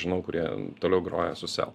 žinau kurie toliau groja su sel